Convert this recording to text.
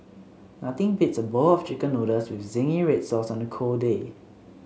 nothing beats a bowl of chicken noodles with zingy red sauce on a cold day